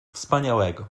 wspaniałego